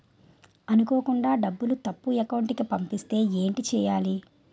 అనుకోకుండా డబ్బులు తప్పు అకౌంట్ కి పంపిస్తే ఏంటి చెయ్యాలి?